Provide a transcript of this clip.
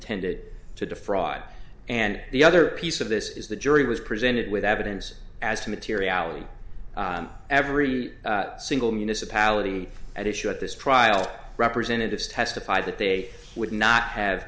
intended to defraud and the other piece of this is the jury was presented with evidence as to materiality every single municipality at issue at this trial representatives testified that they would not have